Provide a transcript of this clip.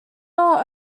not